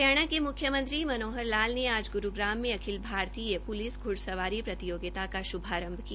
हरियाणा के मुख्यमंत्री ने आज ग्रूग्राम के अखिल भारतीय पृलिस घुइसवारी प्रतियोगिता का शुभारंभ किया